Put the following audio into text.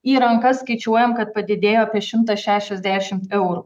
į rankas skaičiuojam kad padidėjo apie šimtą šešiasdešimt eurų